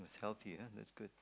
healthy ah that's good